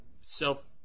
self